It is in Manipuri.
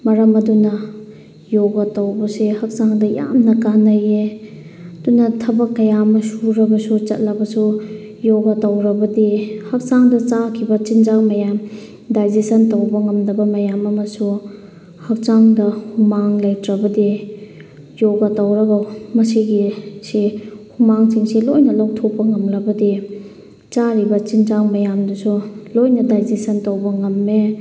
ꯃꯔꯝ ꯑꯗꯨꯅ ꯌꯣꯒꯥ ꯇꯧꯕꯁꯤ ꯍꯛꯆꯥꯡꯗ ꯌꯥꯝꯅ ꯀꯥꯅꯩꯌꯦ ꯑꯗꯨꯅ ꯊꯕꯛ ꯀꯌꯥ ꯑꯃ ꯁꯨꯔꯕꯁꯨ ꯆꯠꯂꯕꯁꯨ ꯌꯣꯒꯥ ꯇꯧꯔꯕꯗꯤ ꯍꯛꯆꯥꯡꯗ ꯆꯥꯈꯤꯕ ꯆꯤꯟꯖꯥꯛ ꯃꯌꯥꯝ ꯗꯥꯏꯖꯦꯁꯟ ꯇꯧꯕ ꯉꯝꯗꯕ ꯃꯌꯥꯝ ꯑꯃꯁꯨ ꯍꯛꯆꯥꯡꯗ ꯍꯨꯃꯥꯡ ꯂꯩꯇ꯭ꯔꯕꯗꯤ ꯌꯣꯒꯥ ꯇꯧꯔꯒ ꯃꯁꯤꯒꯤꯁꯤ ꯍꯨꯃꯥꯡꯁꯤꯡꯁꯦ ꯂꯣꯏꯅ ꯂꯧꯊꯣꯛꯄ ꯉꯝꯂꯕꯗꯤ ꯆꯥꯔꯤꯕ ꯆꯤꯟꯖꯥꯛ ꯃꯌꯥꯝꯗꯨꯁꯨ ꯂꯣꯏꯅ ꯗꯥꯏꯖꯦꯁꯟ ꯇꯧꯕ ꯉꯝꯃꯦ